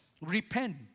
Repent